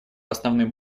основным